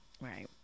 Right